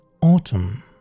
Autumn